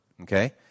Okay